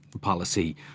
policy